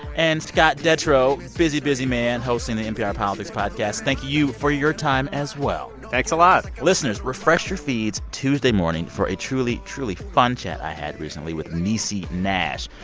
and scott detrow busy, busy man hosting the npr politics podcast thank you for your time as well thanks a lot listeners, refresh your feed tuesday morning for a truly, truly fun chat i had recently with niecy nash.